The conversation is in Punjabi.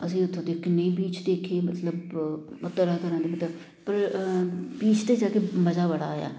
ਅਸੀਂ ਉੱਥੋਂ ਦੇ ਕਿੰਨੇ ਬੀਚ ਦੇਖੇ ਮਤਲਬ ਤਰ੍ਹਾਂ ਤਰ੍ਹਾਂ ਦੇ ਪਰ ਬੀਚ 'ਤੇ ਜਾ ਕੇ ਮਜਾ ਬੜਾ ਆਇਆ